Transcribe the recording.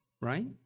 right